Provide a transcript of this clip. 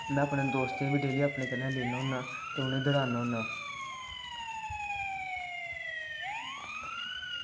में अपने दोस्तें गी बी डेली अपने कन्नै लैना होना ते उनेंगी बी दौड़ाना होना